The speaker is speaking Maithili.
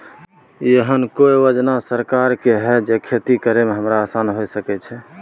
एहन कौय योजना सरकार के है जै खेती करे में हमरा आसान हुए सके छै?